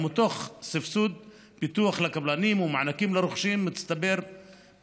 ומתן סבסוד פיתוח לקבלנים ומענקים לרוכשים בסך מצטבר של